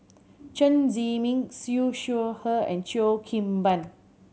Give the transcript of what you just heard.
Chen Zhiming Siew Shaw Her and Cheo Kim Ban